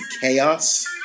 chaos